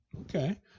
okay